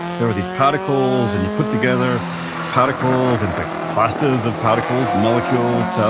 there are these particles, and you put together particles into clusters of particles, molecules,